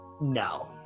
No